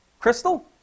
Crystal